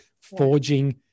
forging